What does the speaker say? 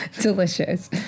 delicious